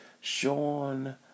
Sean